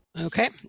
Okay